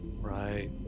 Right